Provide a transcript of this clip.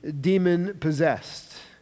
demon-possessed